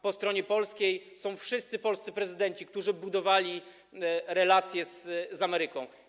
Po stronie polskiej są wszyscy polscy prezydenci, którzy budowali relacje z Ameryką.